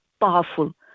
powerful